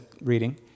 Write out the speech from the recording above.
reading